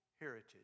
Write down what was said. heritage